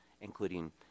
including